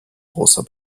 großer